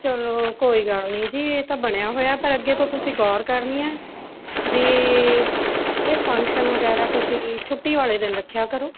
ਚੱਲੋ ਕੋਈ ਗੱਲ ਨਹੀਂ ਜੀ ਇਹ ਤਾਂ ਬਣਿਆ ਹੋਇਆ ਪਰ ਅੱਗੇ ਤੋਂ ਤੁਸੀਂ ਗੌਰ ਕਰਨੀ ਹੈ ਵੀ ਇਹ ਫੰਕਸ਼ਨ ਵਗੈਰਾ ਤੁਸੀਂ ਛੁੱਟੀ ਵਾਲੇ ਦਿਨ ਰੱਖਿਆ ਕਰੋ